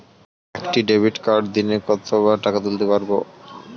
একটি ডেবিটকার্ড দিনে কতবার টাকা তুলতে পারব?